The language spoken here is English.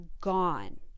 gone